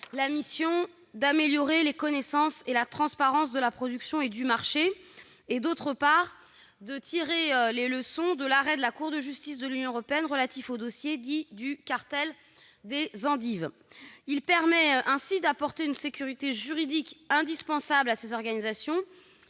la mission d'« améliorer les connaissances et la transparence de la production et du marché » et, d'autre part, à tirer les leçons de l'arrêt de la Cour de justice de l'Union européenne relatif au dossier dit du « cartel des endives ». Il tend ainsi à apporter une sécurité juridique indispensable à ces organisations,